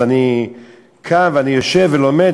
אז אני קם ואני יושב ולומד,